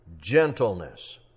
gentleness